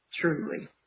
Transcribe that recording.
truly